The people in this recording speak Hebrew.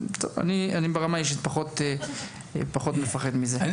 אני ברמה האישית פחות מפחד מזה.